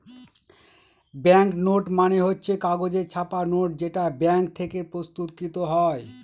bank note মানে হচ্ছে কাগজে ছাপা নোট যেটা ব্যাঙ্ক থেকে প্রস্তুত কৃত হয়